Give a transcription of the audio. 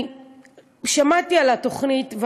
אני שמעתי על התוכנית,